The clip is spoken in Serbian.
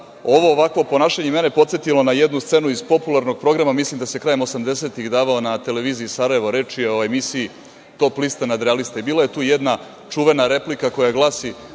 ovakvo ponašanje je mene podsetilo na jednu scenu iz popularnog programa, mislim da se krajem 80-ih davao na Televiziji Sarajevo, reč je o emisiji „Top lista nadrealista“ i bila je tu jedna čuvena replika koja glasi: